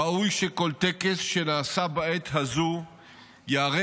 ראוי שכל טקס שנעשה בעת הזו ייערך